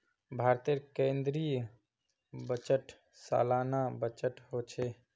भारतेर केन्द्रीय बजट सालाना बजट होछे